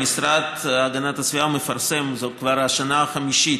המשרד להגנת הסביבה מפרסם זו כבר השנה החמישית